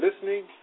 listening